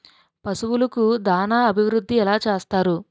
పశువులకు దాన అభివృద్ధి ఎలా చేస్తారు?